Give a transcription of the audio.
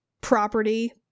property